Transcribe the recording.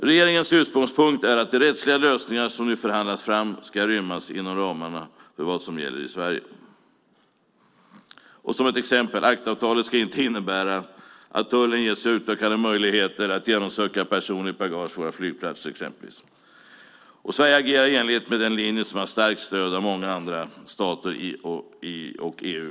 Regeringens utgångspunkt är att de rättsliga lösningar som nu förhandlas fram ska rymmas inom ramarna för vad som gäller i Sverige. Som exempel kan jag nämna att ACTA-avtalet inte ska innebära att tullen ges utökade möjligheter att genomsöka personligt bagage på våra flygplatser. Sverige agerar i enlighet med den linje som har starkt stöd av många andra stater och av EU.